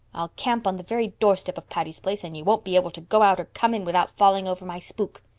i'll camp on the very doorstep of patty's place and you won't be able to go out or come in without falling over my spook.